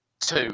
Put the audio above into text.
two